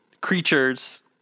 Creatures